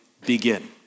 begin